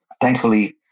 Thankfully